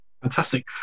Fantastic